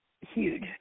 huge